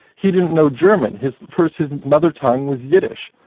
he didn't know german. his first, his mother tongue was yiddish.